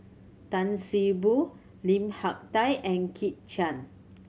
Tan See Boo Lim Hak Tai and Kit Chan